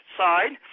side